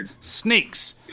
snakes